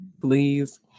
please